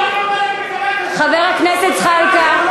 חבר הכנסת זחאלקה,